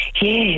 yes